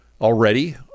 already